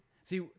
See